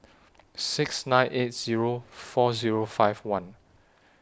six nine eight Zero four Zero five one